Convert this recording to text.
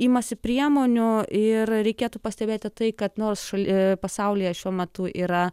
imasi priemonių ir reikėtų pastebėti tai kad nors šal pasaulyje šiuo metu yra